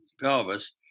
pelvis